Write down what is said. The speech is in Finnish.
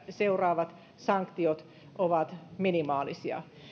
seuraavat sank tiot ovat minimaalisia